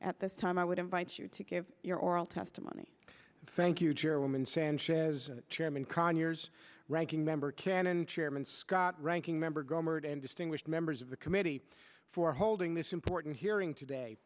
at this time i would invite you to give your oral testimony thank you chairwoman sanchez chairman conyers ranking member cannon chairman scott ranking member gohmert and distinguished members of the committee for holding this important hearing